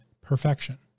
perfection